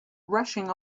rushing